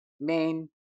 main